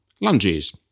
Lunges